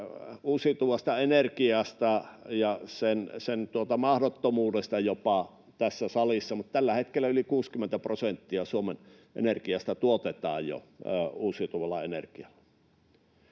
uusiutuvasta energiasta ja jopa sen mahdottomuudesta, mutta tällä hetkellä jo yli 60 prosenttia Suomen energiasta tuotetaan uusiutuvalla energialla.